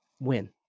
win